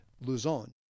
Luzon